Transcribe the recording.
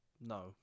No